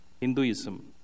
Hinduism